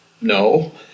No